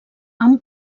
han